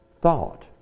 thought